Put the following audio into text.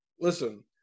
listen